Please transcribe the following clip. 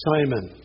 Simon